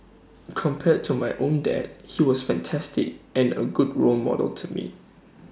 compared to my own dad he was fantastic and A good role model to me